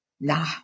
nah